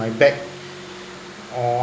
my back or